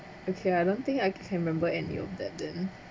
okay I don't think I can remember any of them then